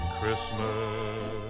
Christmas